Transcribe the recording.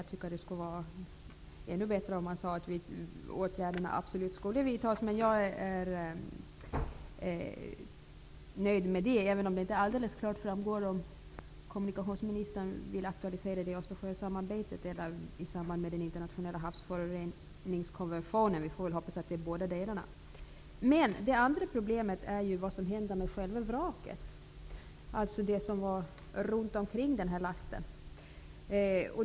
Det skulle vara ännu bättre om man sade att åtgärder absolut skall vidtas. Men jag är nöjd med detta, även om det inte alldeles klart framgår om komunikationsministern vill aktualisera frågan inom ramen för Östersjösamarbetet eller den internationella havsföroreningskonventionen. Vi får väl hoppas att det blir båda delarna. Det andra problemet är vad som händer med själva vraket, det som finns runt omkring lasten.